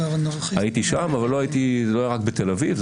זה לא היה רק בתל אביב,